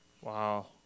Wow